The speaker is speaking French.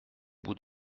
bout